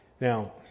Now